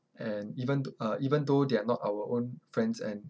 and even th~ uh even though they are not our own friends and